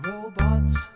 Robots